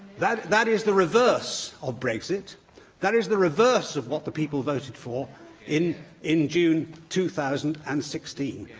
that that is the reverse of brexit that is the reverse of what the people voted for in in june two thousand and sixteen.